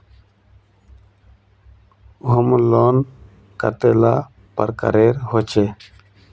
Home loan कतेला प्रकारेर होचे?